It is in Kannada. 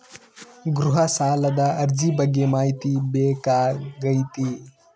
ಗೃಹ ಸಾಲದ ಅರ್ಜಿ ಬಗ್ಗೆ ಮಾಹಿತಿ ಬೇಕಾಗೈತಿ?